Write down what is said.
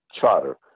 charter